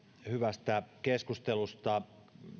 hyvästä keskustelusta